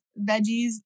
veggies